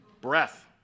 breath